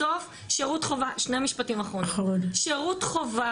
בסוף שירות חובה, שני משפטים אחרונים, שירות חובה